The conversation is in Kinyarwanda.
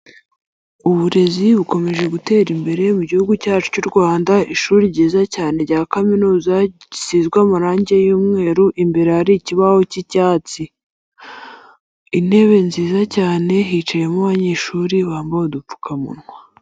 Uburezi bukomeje gutera imbere mu gihugu cyacu cy'u Rwanda. Ishuri ryiza cyane rya kaminuza risizwe amarangi y'umweru imbere hari ikibaho cy'icyatsi. Intebe nziza cyane hicayemo abanyeshuri bambaye udupfukamunwa.